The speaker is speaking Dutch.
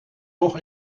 toch